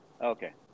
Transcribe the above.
Okay